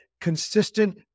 consistent